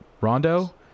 Rondo